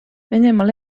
venemaal